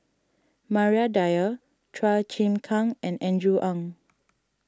Maria Dyer Chua Chim Kang and Andrew Ang